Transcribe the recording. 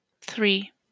three